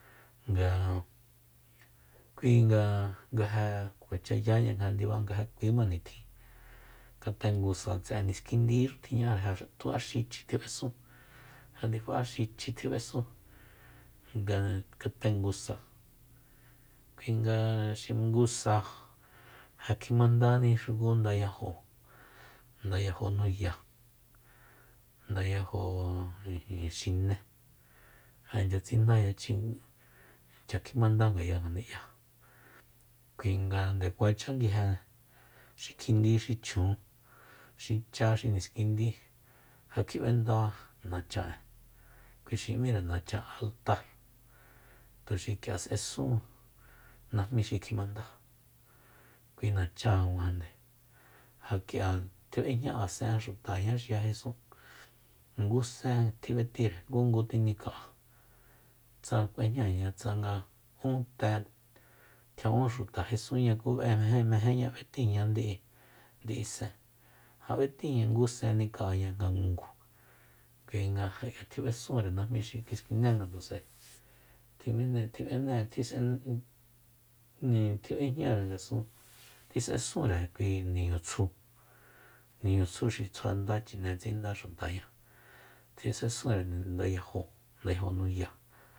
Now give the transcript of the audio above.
Nga kuinga nga je kuacha yáña nga ja ndiba nga ja kuima nitjin katengu sa tse'e niskindíxu tjiña'are ja tu'axichi tjib'esun ja ndifa'axichi tjib'esun nga katengu sa kuinga nga xi ngu sa mandáni xuku ndayajóo ndayajo nuya ndayajo ijin xiné ja inchya tsinda yachjin kuacha kjimandá ngaya ngani'ya kuinga nde kuacha nguije xi kjindi xi chjun xi chá xi niskindi ja kjib'enda nachan'e kuixim'íre nachan altáa tuxi k'ia s'esun najmí xi kjimandá kui nachan kuajande ja k'ia tjib'ejña asen'e xutaña xi ja jesún ngu sen tjib'etíre ngungu tjinika'a tsa k'uejñaña tsanga te tjia'un xuta jesunña ku meje- mejeña b'etíña ndi'i ndi'isen ja b'etíña ngungu sen nika'aña nga ngungu kuinga tjib'esunre najmí xi kiskiné ngatus'ae tjini- tjisetjis'e ijin tjib'ejñare ngasun tjis'esunre kui niñu tsjúu niñutsju xi tsjua nda chine tsinda xutañá tjis'esunre ndayajo ndayajo nuya